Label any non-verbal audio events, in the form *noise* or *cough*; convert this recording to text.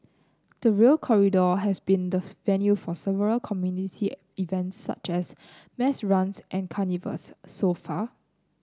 the Rail Corridor has been the *unintelligible* venue for several community events such as mass runs and carnivals so far